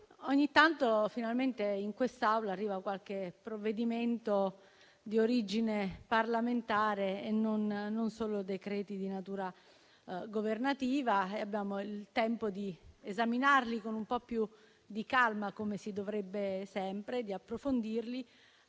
ogni tanto in quest'Aula arriva finalmente qualche provvedimento di origine parlamentare e non solo decreti di natura governativa. Abbiamo così il tempo di esaminarlo con un po' più di calma, come si dovrebbe fare sempre, di approfondirlo